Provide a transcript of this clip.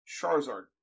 Charizard